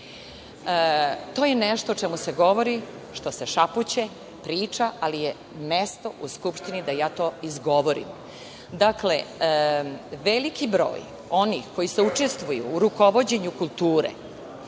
To je nešto o čemu se govori, što se šapuće, priča, ali je mesto u Skupštini da ja to izgovorim. Dakle, veliki broj onih koji učestvuju u rukovođenju kulture,